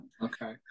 Okay